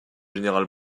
général